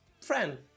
friend